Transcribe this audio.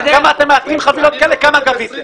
כמה חבילות כאלה אתם מאתרים וכמה גביתם?